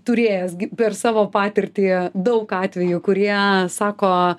turėjęs gi per savo patirtį daug atvejų kurie sako